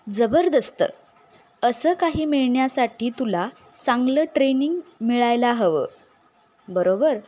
जबरदस्त असं काही मिळण्यासाठी तुला चांगलं ट्रेनिंग मिळायला हवं बरोबर